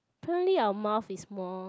apparently our mouth is more